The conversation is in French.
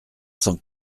cent